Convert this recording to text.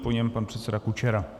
Po něm pan předseda Kučera.